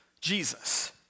Jesus